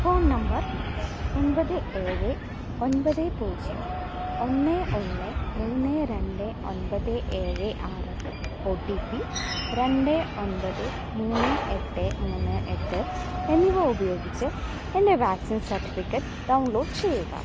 phone number ഒൻപത് ഏഴ് ഒൻപത് പൂജ്യം ഒന്ന് ഒന്ന് മൂന്ന് രണ്ട് ഒൻപത് ഏഴ് ആറ് ഒ റ്റി പി രണ്ട് ഒൻപത് മൂന്ന് എട്ട് മൂന്ന് എട്ട് എന്നിവ ഉപയോഗിച്ച് എൻ്റെ വാക്സിൻ സർട്ടിഫിക്കറ്റ് ഡൗൺലോഡ് ചെയ്യുക